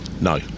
No